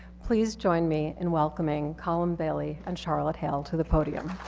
please join me in welcoming colin bailey and charlotte hale to the podium.